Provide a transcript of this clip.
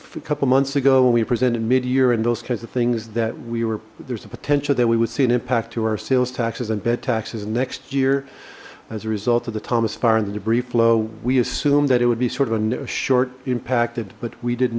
the couple months ago when we presented mid year and those kinds of things that we were there's a potential that we would see an impact to our sales taxes and bed taxes next year as a result of the thomas fire in the debris flow we assumed that it would be sort of a short impacted but we did